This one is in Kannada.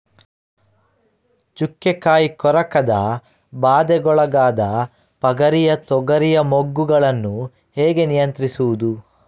ಚುಕ್ಕೆ ಕಾಯಿ ಕೊರಕದ ಬಾಧೆಗೊಳಗಾದ ಪಗರಿಯ ತೊಗರಿಯ ಮೊಗ್ಗುಗಳನ್ನು ಹೇಗೆ ನಿಯಂತ್ರಿಸುವುದು?